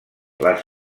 les